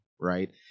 right